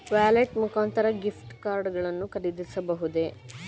Wallet ಮುಖಾಂತರ gift card ಗಳನ್ನು ಖರೀದಿಸಬಹುದೇ?